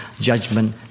judgment